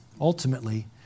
ultimately